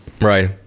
right